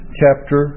chapter